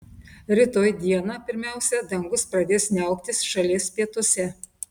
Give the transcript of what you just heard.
rytoj dieną pirmiausia dangus pradės niauktis šalies pietuose